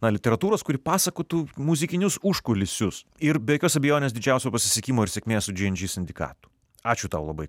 na literatūros kuri pasakotų muzikinius užkulisius ir be jokios abejonės didžiausio pasisekimo ir sėkmės su džy en džy sindikatu ačiū tau labai